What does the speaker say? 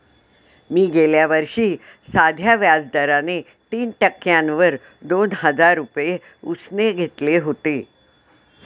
मी गेल्या वर्षी साध्या व्याज दराने तीन टक्क्यांवर दोन हजार रुपये उसने घेतले होते